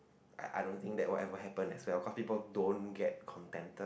I I don't think that will ever happen as well because people don't get contended